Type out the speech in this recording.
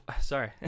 sorry